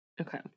Okay